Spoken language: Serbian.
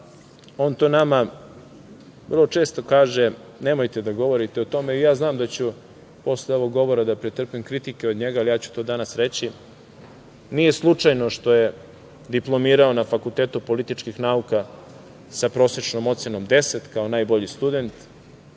on nama vrlo često kaže nemojte da govorite o tome, i ja znam da ću posle ovog govora da pretrpim kritike od njega, ali ja ću to danas reći, nije slučajno što je diplomirao na Fakultetu političkih nauka sa prosečnom ocenom 10 kao najbolji student